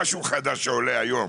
חדש שעולה היום.